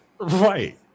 Right